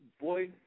boy